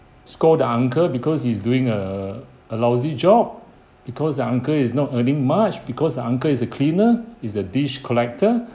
scold the uncle because he's doing a a lousy job because the uncle is not earning much because the uncle is a cleaner is a dish collector